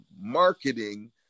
marketing